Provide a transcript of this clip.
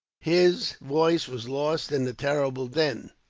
his voice was lost in the terrible din.